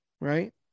right